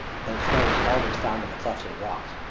though snow is always found in the clefts of the rocks.